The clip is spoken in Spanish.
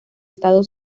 estado